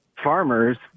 farmers